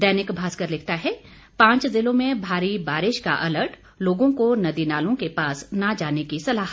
दैनिक भास्कर लिखता है पांच जिलों में भारी बारिश का अलर्ट लोगों को नदी नालों के पास न जाने की सलाह